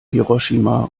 hiroshima